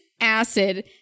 acid